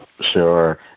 sure